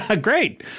Great